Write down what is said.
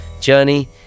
Journey